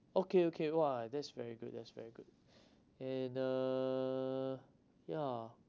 okay okay !wah! that's very good that's very good and uh ya